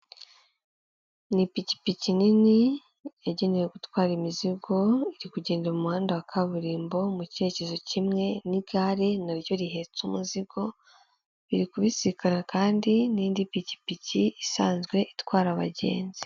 Umuhanda w'umukara aho uganisha ku bitaro byitwa Sehashiyibe, biri mu karere ka Huye, aho hahagaze umuntu uhagarika imodoka kugirango babanze basuzume icyo uje uhakora, hakaba hari imodoka nyinshi ziparitse.